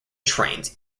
trains